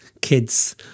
kids